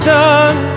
done